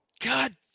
God